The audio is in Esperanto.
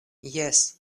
jes